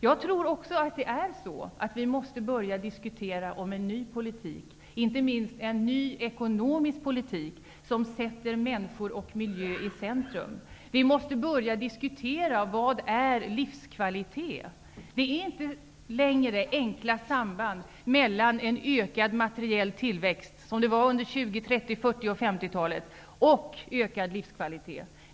Jag tror också att vi måste börja diskutera en ny politik, inte minst en ny ekonomisk politik, som sätter människor och miljö i centrum. Vi måste börja diskutera vad livskvalitet är. Det finns inte längre, som under tjugo-, trettio-, fyrtio och femtiotalet, enkla samband mellan en ökad materiell tillväxt och ökad livskvalitet.